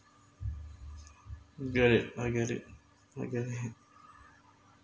get it I get it I get it